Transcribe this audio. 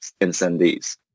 incendies